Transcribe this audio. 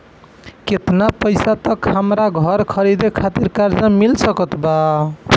केतना पईसा तक हमरा घर खरीदे खातिर कर्जा मिल सकत बा?